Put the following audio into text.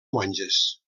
monges